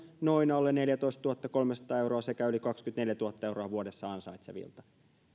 noin alle neljätoistatuhattakolmesataa euroa sekä yli kaksikymmentäneljätuhatta euroa vuodessa ansaitsevilta